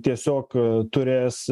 tiesiog turės